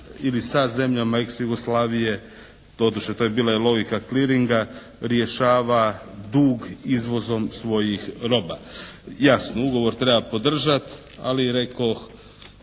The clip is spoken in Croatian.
ili sa zemljama ex Jugoslavije doduše to je bila i logika Kliringa rješava dug izvozom svojih roba. Jasno ugovor treba podržati. Ali rekoh